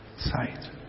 sight